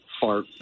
fart